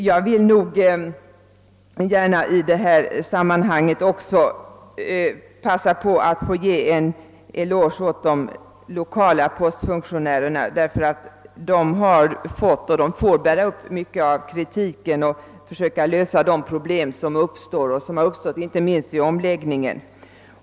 Jag vill gärna i detta sammanhang begagna tillfället att ge en eloge åt de lokala postfunktionärerna, som fått och får lov att bära en del av kritiken och försöka lösa de problem som uppstått inte minst i samband med omlägg ningen.